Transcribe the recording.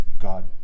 God